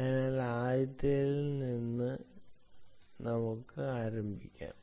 അതിനാൽ ആദ്യത്തേതിൽ നിന്ന് നമുക്ക് ആരംഭിക്കാം